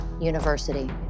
University